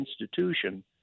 institution